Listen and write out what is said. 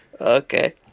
Okay